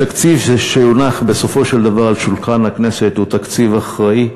התקציב שהונח בסופו של דבר על שולחן הכנסת הוא תקציב אחראי,